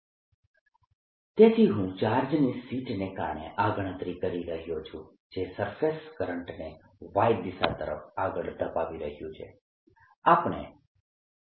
Ax0y0z04πyKδzx2y2z z2dxdydz તેથી હું ચાર્જની શીટને કારણે આ ગણતરી કરી રહ્યો છું જે સરફેસ કરંટને Y દિશા તરફ આગળ ધપાવી રહ્યું છે